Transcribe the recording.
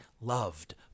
loved